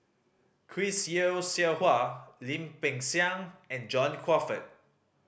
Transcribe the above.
Chris Yeo Siew Hua Lim Peng Siang and John Crawfurd